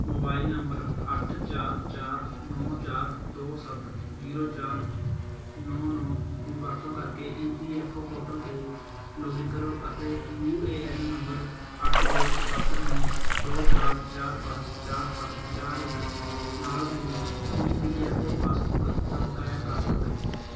mobile number ਅੱਠ ਚਾਰ ਚਾਰ ਨੌਂ ਚਾਰ ਦੋ ਸੱਤ ਜੀਰੋ ਚਾਰ ਨੌਂ ਨੌਂ ਦੀ ਵਰਤੋਂ ਕਰਕੇ E P F O portal 'ਤੇ ਲੌਗਇਨ ਕਰੋ ਅਤੇ ਯੂ ਏ ਐਨ ਨੰਬਰ ਅੱਠ ਦੋ ਸੱਤ ਨੌਂ ਦੋ ਚਾਰ ਚਾਰ ਪੰਜ ਚਾਰ ਸੱਤ ਚਾਰ ਇੱਕ ਨਾਲ ਮੇਰੀ E P F O passbook ਦਾ ਬਕਾਇਆ ਪ੍ਰਾਪਤ ਕਰੋ